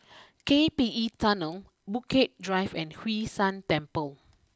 K P E Tunnel Bukit Drive and Hwee San Temple